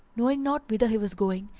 knowing not whither he was going,